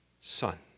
son